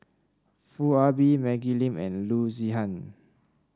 Foo Ah Bee Maggie Lim and Loo Zihan